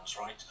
right